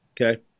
Okay